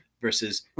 versus